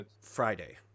Friday